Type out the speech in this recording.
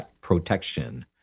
protection